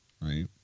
right